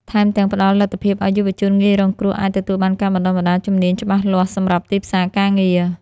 ថែមទាំងផ្តល់លទ្ធភាពឲ្យយុវជនងាយរងគ្រោះអាចទទួលបានការបណ្តុះបណ្តាលជំនាញច្បាស់លាស់សម្រាប់ទីផ្សារការងារ។